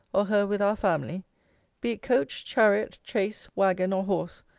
or her with our family be it coach, chariot, chaise, wagon, or horse,